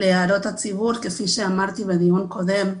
להערות הציבור, כפי שאמרתי בדיון קודם.